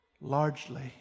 Largely